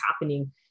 happening